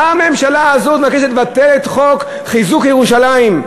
באה הממשלה הזאת ומבקשת לבטל את חוק חיזוק ירושלים.